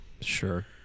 Sure